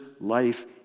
life